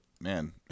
man